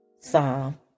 Psalm